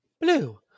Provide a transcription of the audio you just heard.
blue